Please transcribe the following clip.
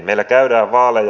meillä käydään vaaleja